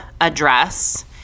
address